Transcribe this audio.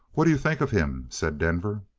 what you think of him? said denver.